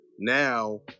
Now